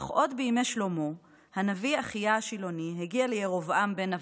אך עוד בימי שלמה הנביא אחיה השילוני הגיע לירבעם בן נבט,